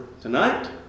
tonight